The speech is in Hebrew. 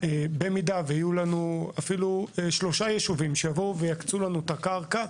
שאם יהיו לנו אפילו שלושה יישובים שיקצו לנו קרקע,